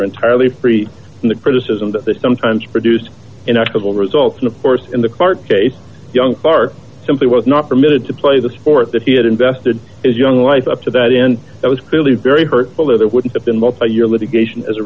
entirely free from the criticism that they sometimes produced an actual result and of course in the court case young far simply was not permitted to play the sport that he had invested his young life up to that and that was clearly very hurtful or there wouldn't have been multi year litigation as a